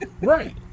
right